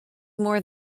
more